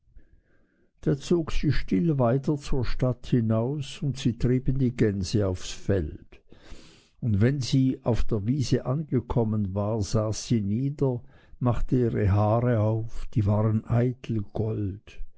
da zog sie still weiter zur stadt hinaus und sie trieben die gänse aufs feld und wenn sie auf der wiese angekommen war saß sie nieder und machte ihre haare auf die waren eitel gold